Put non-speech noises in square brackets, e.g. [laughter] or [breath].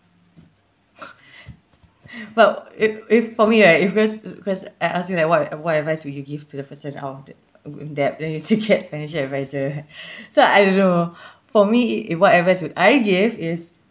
[laughs] but it if for me right if there's cause I ask you like what uh what advice would you give to the person out of de~ i~ in debt then you say get financial advisor right [breath] so I don't know [breath] for me i~ what advice would I give is